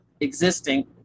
existing